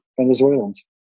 Venezuelans